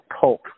pulp